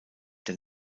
der